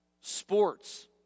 sports